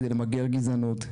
כדי למגר גזענות.